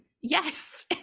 yes